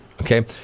Okay